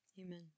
Amen